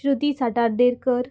Shruti Satardekar